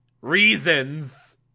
reasons